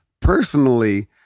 Personally